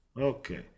Okay